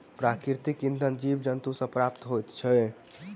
प्राकृतिक इंधन जीव जन्तु सॅ प्राप्त होइत अछि